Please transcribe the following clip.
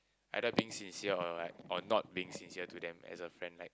either being sincere or what or not being sincere to them as a friend like